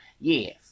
Yes